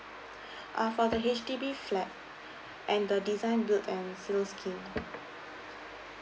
uh for the H_D_B flat and the design build and sell scheme